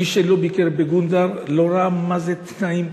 מי שלא ביקר בגונדר לא ראה מה זה תנאים קשים,